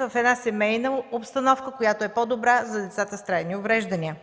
в една семейна обстановка, която е по-добра за децата с трайни увреждания.